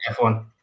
F1